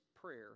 prayer